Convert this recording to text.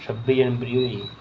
छब्बी जनवरी होई